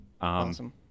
Awesome